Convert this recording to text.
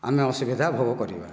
ଆମେ ଅସୁବିଧା ଭୋଗ କରିବା